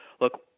Look